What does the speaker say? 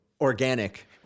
organic